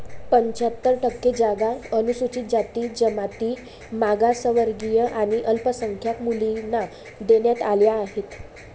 पंच्याहत्तर टक्के जागा अनुसूचित जाती, जमाती, मागासवर्गीय आणि अल्पसंख्याक मुलींना देण्यात आल्या आहेत